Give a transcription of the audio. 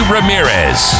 Ramirez